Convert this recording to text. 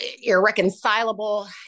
irreconcilable